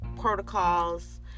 protocols